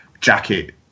Jacket